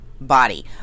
body